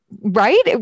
right